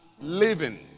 Living